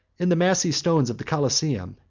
in the massy stones of the coliseum,